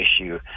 issue